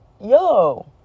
Yo